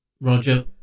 Roger